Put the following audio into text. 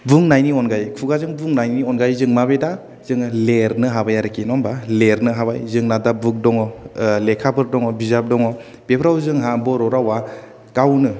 बुंनायनि अनगायै खुगाजों बुंनायनि अनगायै जोङो माबे दा लिरनो हाबाय आरोखि नङा होनबा दा लिरनो हाबाय जोंना दा बुक दङ ओ लेखाफोर दङ बिजाब दङ बेफोराव जोंहा बर' रावा गावनो